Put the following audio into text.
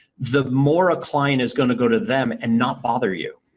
the more a client is going to go to them and not bother you.